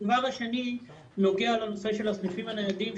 הדבר השני נוגע לנושא הסניפים הניידים,